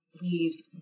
leaves